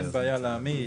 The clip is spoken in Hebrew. אין בעיה להעמיס,